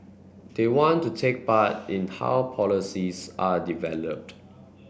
they want to take part in how policies are developed